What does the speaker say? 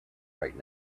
right